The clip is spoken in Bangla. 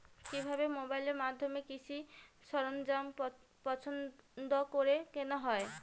কিভাবে মোবাইলের মাধ্যমে কৃষি সরঞ্জাম পছন্দ করে কেনা হয়?